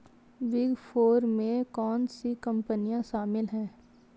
Big four में कौन सी कंपनियाँ शामिल हैं?